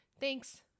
Thanks